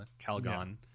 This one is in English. Calgon